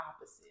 opposite